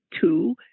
two